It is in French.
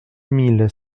mille